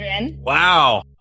Wow